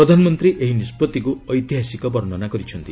ପ୍ରଧାନମନ୍ତ୍ରୀ ଏହି ନିଷ୍ପଭିକ୍ତ ଐତିହାସିକ ବର୍ଷନା କରିଛନ୍ତି